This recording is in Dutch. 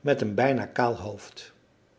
met een bijna kaal hoofd